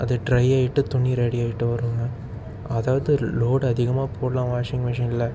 அது ட்ரை ஆகிட்டு துணி ரெடி ஆகிட்டு வருங்க அதாவது லோடு அதிகமாக போடலாம் வாஷிங்மிஷினில்